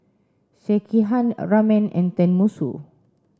Sekihan a Ramen and Tenmusu